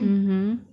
mmhmm